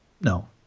No